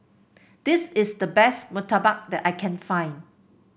this is the best murtabak that I can find